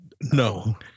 No